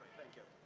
thank you.